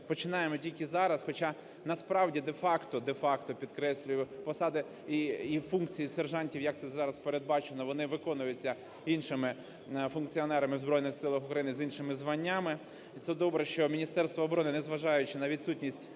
починаємо тільки зараз. Хоча насправді де-факто, де-факто, підкреслюю, посада і функції сержантів, як це зараз передбачено, вони виконуються іншими функціонерами в Збройних Силах України, з іншими званнями. І це добре, що Міністерство оборони, незважаючи на відсутність